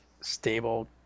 stable